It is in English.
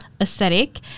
aesthetic